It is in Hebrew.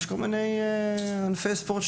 יש כל מיני ענפי ספורט,